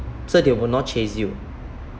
so they will not chase you